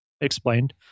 explained